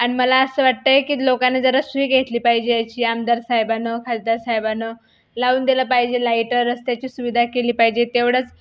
आणि मला असं वाटतंय की लोकांनी जरा शिरी घेतली पाहिजे याची आमदार साहेबांनी खासदार साहेबांनी लावून दिली पाहिजे लाइटं रस्त्याची सुविधा केली पाहिजे तेवढंच